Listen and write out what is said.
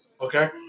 okay